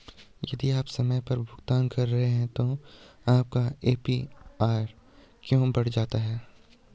यदि आप समय पर भुगतान कर रहे हैं तो आपका ए.पी.आर क्यों बढ़ जाता है?